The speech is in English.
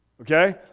Okay